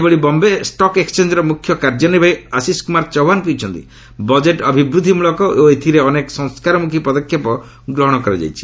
ସେହିଭଳି ବମ୍ଝେ ଷ୍ଟକ୍ ଏକ୍ଟେଞ୍ଜର ମୁଖ୍ୟ କାର୍ଯ୍ୟନିର୍ବାହୀ ଆଶିଷ କୁମାର ଚୌହାନ୍ କହିଛନ୍ତି ବଜେଟ୍ ଅଭିବୃଦ୍ଧିମଳକ ଓ ଏଥିରେ ଅନେକ ସଂସ୍କାରମୁଖୀ ପଦକ୍ଷେପ ଗ୍ରହଣ କରାଯାଇଛି